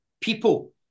people